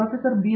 professor B